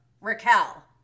Raquel